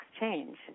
change